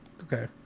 Okay